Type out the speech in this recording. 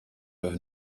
have